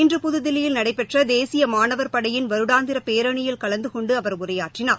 இன்று புதுதில்லியில் நடைபெற்ற தேசிய மாணவர்படையின் வருடாந்திர பேரணியில் கலந்து கொண்டு அவர் உரையாற்றினார்